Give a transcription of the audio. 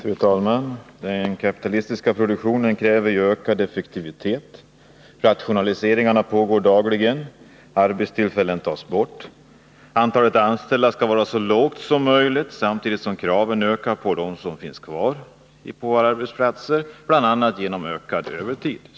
Fru talman! Den kapitalistiska produktionen kräver ju ökad effektivitet. Rationaliseringar pågår dagligen. Arbetstillfällen tas bort. Antalet anställda skall vara så lågt som möjligt, samtidigt som kraven ökar på dem som finns kvar på våra arbetsplatser, bl.a. genom ökad övertid.